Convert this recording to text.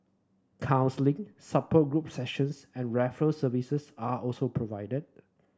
counselling support group sessions and services are also provided